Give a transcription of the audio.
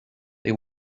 they